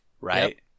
right